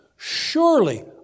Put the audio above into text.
Surely